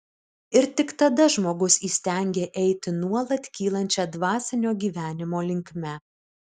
ir tik tada žmogus įstengia eiti nuolat kylančia dvasinio gyvenimo linkme